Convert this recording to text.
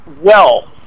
wealth